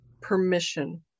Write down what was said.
permission